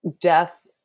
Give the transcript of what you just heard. death